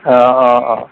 অঁ অঁ অঁ